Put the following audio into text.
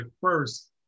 first